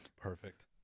Perfect